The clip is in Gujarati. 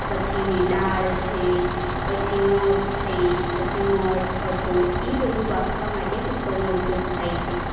પછી દાળ છે પછી મગ છે પછી મઠ કઠોળ એ બધું બાફવા માટે કુકરનો ઉપયોગ થાય છે